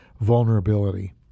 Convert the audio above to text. vulnerability